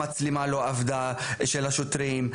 המצלמה לא עבדה של השוטרים,